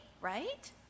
right